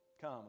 Come